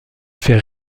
faire